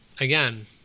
again